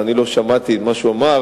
ואני לא שמעתי את מה שהוא אמר,